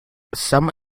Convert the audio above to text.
some